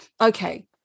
Okay